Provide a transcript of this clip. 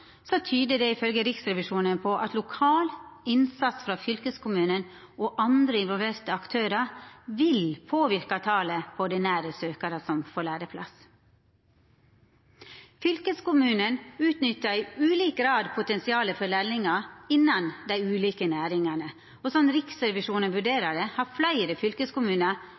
tyder det på, ifølgje Riksrevisjonen, at lokal innsats frå fylkeskommunen og andre involverte aktørar vil påverka talet på ordinære søkjarar som får læreplass. Fylkeskommunane utnyttar i ulik grad potensialet for lærlingar innan dei ulike næringane. Slik Riksrevisjonen vurderer det, har fleire fylkeskommunar